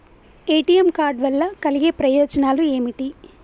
ATM card వల్ల కలిగే ప్రయోజనాలు ఏమిటి?